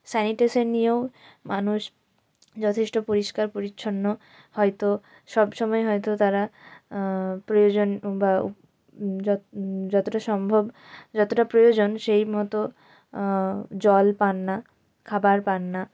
sanitation নিয়েও মানুষ যথেষ্ট পরিষ্কার পরিছন্ন হয়তো সব সময় হয়তো তারা প্রয়োজন বা যত যতটা সম্ভব যতটা প্রয়োজন সেই মতো জল পান না খাবার পান না